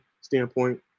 standpoint